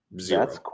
Zero